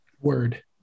Word